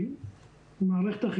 התמודדות ואתגרים עם ההגבלות במוסדות